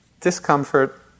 Discomfort